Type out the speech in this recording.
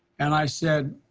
and i said,